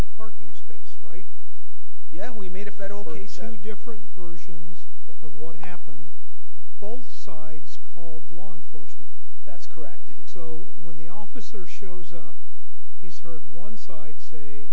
a parking space right yeah we made a federal case out of different versions of what happened both sides called law enforcement that's correct so when the officer shows up he's heard one side say